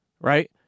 right